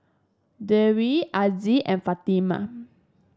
Dwi Aziz and Fatimah